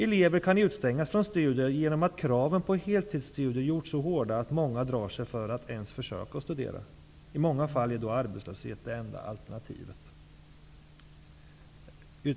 Elever kan utestängas från studier genom att kraven på heltidsstudier gjorts så hårda att många drar sig för att ens försöka studera. I många fall är arbetslöshet det enda alternativet.